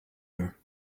her